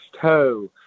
Toe